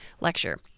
lecture